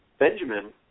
Benjamin